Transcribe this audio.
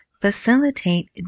facilitate